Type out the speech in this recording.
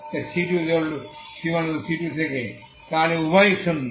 যদি c1 শূন্য zeroহয় c1c2 থেকে তাহলে উভয়ই শূন্য